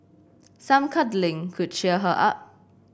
some cuddling could cheer her up